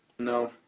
No